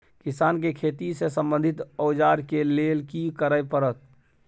किसान के खेती से संबंधित औजार के लेल की करय परत?